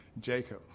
Jacob